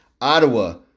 Ottawa